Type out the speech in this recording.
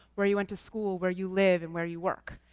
where you went to school, where you live, and where you work.